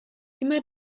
immer